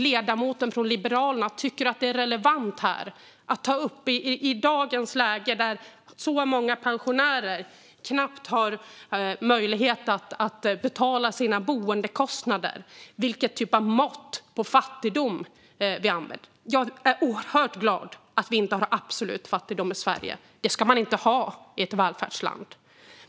Ledamoten från Liberalerna tycker att det är relevant, i dagens läge där så många pensionärer knappt har möjlighet att betala sina boendekostnader, att ta upp vilken typ av mått på fattigdom vi använder. Jag är oerhört glad att vi inte har absolut fattigdom i Sverige. Det ska man inte ha i ett välfärdsland.